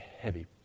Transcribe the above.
heavy